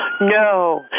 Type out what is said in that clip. No